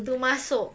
to masuk